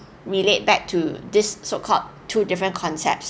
relate back to this so called two different concepts